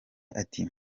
ati